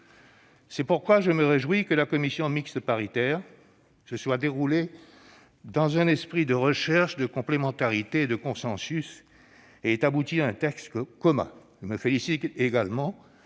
C'est pourquoi je me réjouis que la commission mixte paritaire se soit déroulée dans un esprit de recherche de complémentarité et de consensus et qu'elle ait abouti à un texte commun. Je me félicite également